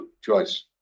choice